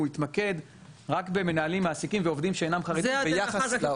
הוא התמקד רק במנהלים ומעסיקים ועובדים שאינם חרדים ביחס לעובד החרדי.